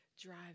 drive